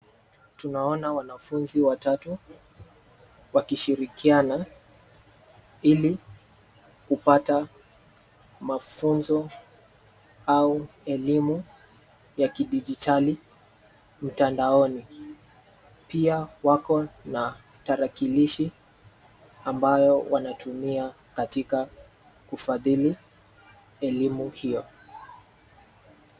Tunaona wanafunzi watatu wakishirikiana ili kupata mafunzo au elimu ya kidijitali mtandaoni, pia wako na tarakilishi ambayo wanatumia katika kufadhili elimu hiyo.